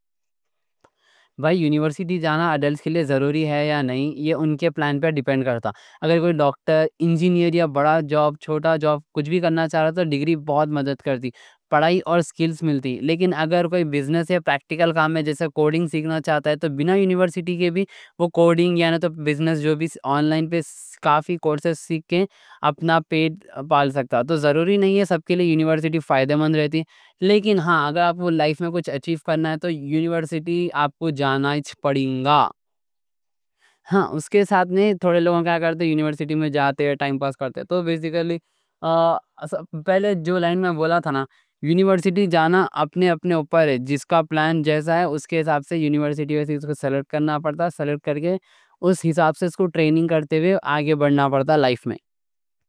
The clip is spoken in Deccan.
بھائی یونیورسٹی جانا ایڈلٹس کے لیے ضروری ہے یا نہیں؟ یہ اُن کے پلان پہ ڈیپینڈ کرتا ہے۔ اگر کوئی ڈاکٹر، انجینئر یا بڑا جاب چھوٹا جاب کچھ بھی کرنا چاہتا ہے تو ڈگری بہت مدد کرتی، پڑھائی اور اسکلز ملتی۔ لیکن اگر کوئی بزنس یا پریکٹیکل کام ہے جیسا کوڈنگ سیکھنا چاہتا ہے تو بِنا یونیورسٹی کے بھی وہ کوڈنگ یعنی تو بزنس جو بھی آن لائن پہ کافی کورسز سیکھیں اپنا پیٹ پال سکتا ہے۔ تو ضروری نہیں ہے سب کے لیے یونیورسٹی فائدہ مند رہتی ہے۔ لیکن ہاں اگر آپ وہ لائف میں کچھ اچیف کرنا ہے تو یونیورسٹی آپ کو جانا پڑیں گا، ہاں اُس کے ساتھ نہیں۔ تھوڑے لوگ کیا کرتے ہیں یونیورسٹی میں جاتے ہیں ٹائم پاس کرتے ہیں۔ تو بسیکلی پہلے جو لائن میں بولا تھا نا، یونیورسٹی جانا اپنے اپنے اوپر ہے۔ جس کا پلان جیسا ہے اُس کے حساب سے یونیورسٹی بیسیس کو سلیکٹ کرنا پڑتا، سلیکٹ کر کے اُس حساب سے اُس کو ٹریننگ کرتے ہوئے آگے بڑھنا پڑتا لائف میں۔